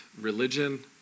religion